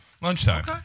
Lunchtime